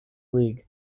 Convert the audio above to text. league